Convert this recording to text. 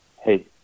hey